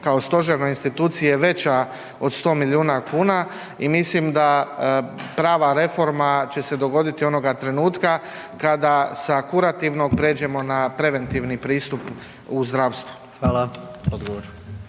kao stožernoj instituciji je veća od 100 milijuna kuna i mislim da prava reforma će se dogoditi onog trenutka kada sa kurativnog pređemo na preventivni pristup u zdravstvu.